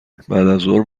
بعدازظهر